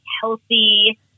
healthy